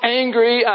angry